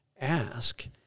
ask